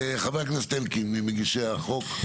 חבר הכנסת אלקין, ממגישי החוק.